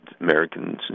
Americans